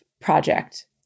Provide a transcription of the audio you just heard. project